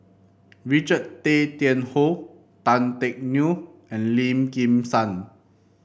Richard Tay Tian Hoe Tan Teck Neo and Lim Kim San